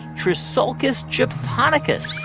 trissolcus japonicus